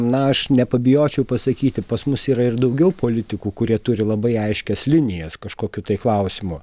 na aš nepabijočiau pasakyti pas mus yra ir daugiau politikų kurie turi labai aiškias linijas kažkokiu tai klausimu